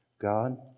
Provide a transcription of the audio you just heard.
God